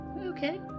Okay